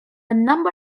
number